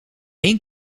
eén